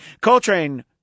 Coltrane